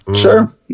Sure